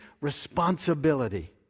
responsibility